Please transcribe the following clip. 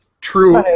True